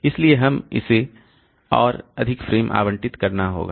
इसलिए हमें इसे और अधिक फ्रेम आवंटित करना होगा